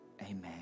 Amen